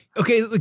Okay